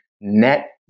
net